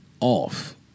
off